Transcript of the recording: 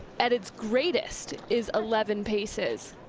at its greatest is eleven paces.